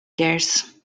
gears